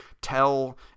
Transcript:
tell